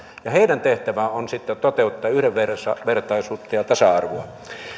ja heidän tehtävänsä on sitten toteuttaa yhdenvertaisuutta ja tasa arvoa